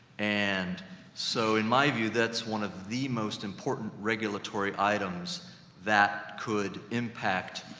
and so in my view, that's one of the most important regulatory items that could impact,